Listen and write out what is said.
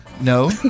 No